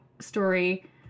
story